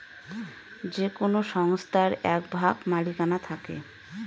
যে কোনো সংস্থার এক ভাগ মালিকানা থাকে